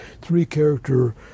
three-character